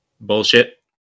bullshit